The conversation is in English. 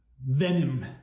venom